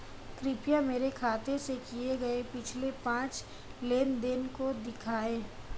कृपया मेरे खाते से किए गये पिछले पांच लेन देन को दिखाएं